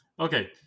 Okay